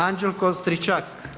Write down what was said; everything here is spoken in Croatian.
Anđelko Stričak.